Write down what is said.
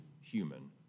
human